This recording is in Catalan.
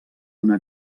una